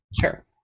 Sure